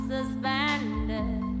Suspended